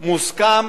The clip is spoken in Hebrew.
מוסכם